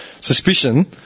suspicion